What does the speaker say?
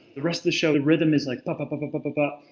the rest of the show the rhythm is like, ba-ba-ba-ba-ba!